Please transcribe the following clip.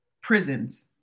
Prisons